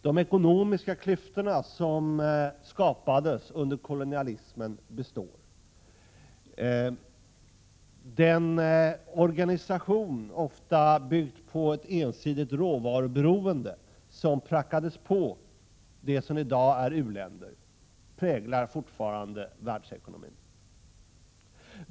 De ekonomiska klyftor som skapades under kolonialismen består. Den organisation, ofta byggd på ett ensidigt råvaruberoende, som prackades på de områden som i dag är u-länder, präglar fortfarande världsekonomin.